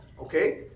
okay